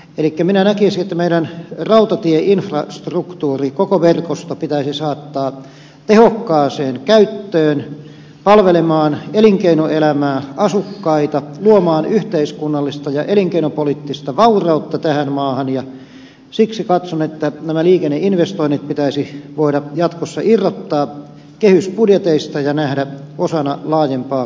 elikkä minä näkisin että meillä rautatieinfrastruktuuri koko verkosto pitäisi saattaa tehokkaaseen käyttöön palvelemaan elinkeinoelämää asukkaita luomaan yhteiskunnallista ja elinkeinopoliittista vaurautta tähän maahan ja siksi katson että nämä liikenneinvestoinnit pitäisi voida jatkossa irrottaa kehysbudjeteista ja nähdä osana laajempaa kokonaisuutta